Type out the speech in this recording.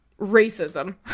racism